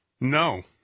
No